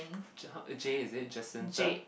uh J is it Johnson sir